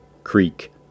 Creek